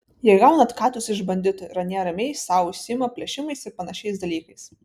jie gauna atkatus iš banditų ir anie ramiai sau užsiima plėšimais ir panašiais dalykais